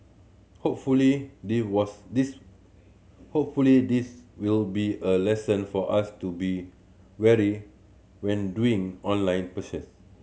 hopefully they was this hopefully this will be a lesson for us to be warier when doing online purchase